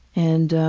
and